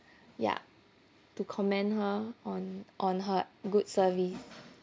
ya to commend her on on her good service